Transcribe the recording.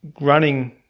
running